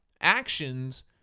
Actions